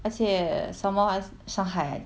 而且 somemore 上海